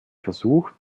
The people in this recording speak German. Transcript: versucht